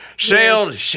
Sailed